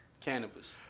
cannabis